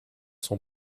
sont